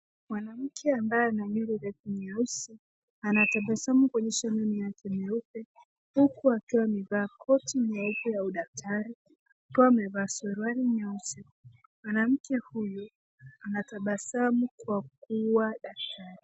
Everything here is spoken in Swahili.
Mwanamke ambaye ana nywele refu nyeusi, anabasamu kwenye shati yake nyeupe, huku akiwa amevaa koti nyeupe ya udaktari. Akiwa amevaa suruali nyeusi. Mwanamke huyu anabasamu kwa kuwa daktari.